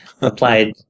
applied